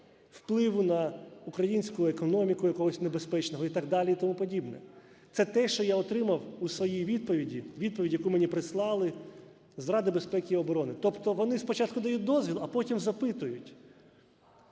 впливу на українську економіку якогось небезпечного? І так далі, і тому подібне. Це те, що я отримав у своїй відповіді… відповідь, яку мені прислали з Ради безпеки і оборони. Тобто вони спочатку дають дозвіл, а потім запитують.